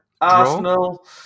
Arsenal